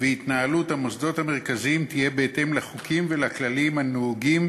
וההתנהלות של המוסדות המרכזיים יהיו בהתאם לחוקים ולכללים הנהוגים